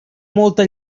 molta